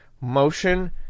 motion